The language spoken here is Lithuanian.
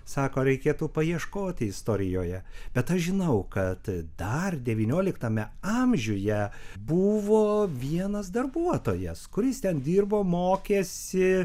sako reikėtų paieškoti istorijoje bet aš žinau kad dar devynioliktame amžiuje buvo vienas darbuotojas kuris ten dirbo mokėsi